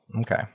Okay